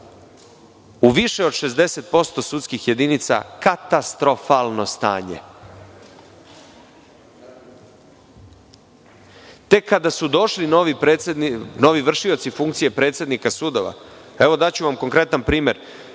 u više od 60% sudskih jedinica katastrofalno stanje. Tek kada su došli novi vršioci funkcije predsednika sudova, daću vam konkretan primer,